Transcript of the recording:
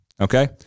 okay